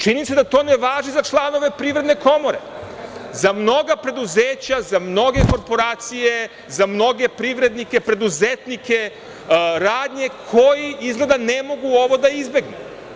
Čini mi se da to ne važi za članove Privredne komore, za mnoga preduzeća, za mnoge korporacije, za mnoge privrednike, preduzetnike, radnje koji izgleda ne mogu ovo da izbegne.